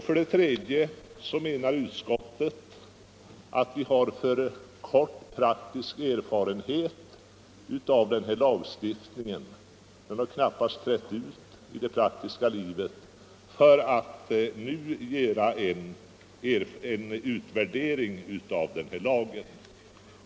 För det tredje anser utskottet att vi har alltför kort praktisk erfarenhet av denna lagstiftning — den har knappast trätt ut i det praktiska livet — för att nu göra en utvärdering av lagen.